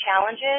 challenges